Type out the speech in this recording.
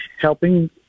helping